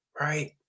right